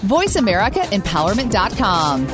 VoiceAmericaEmpowerment.com